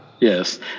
Yes